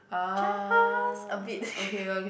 just a bit